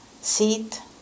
seat